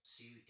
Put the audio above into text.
See